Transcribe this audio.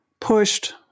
pushed